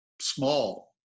small